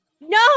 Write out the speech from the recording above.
No